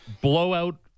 blowout